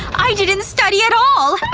i didn't study at all!